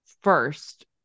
first